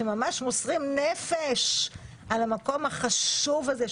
שממש מוסרים נפש על המקום החשוב הזה,